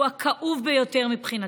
שהוא הכאוב ביותר מבחינתי,